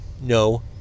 No